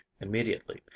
immediately